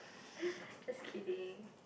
just kidding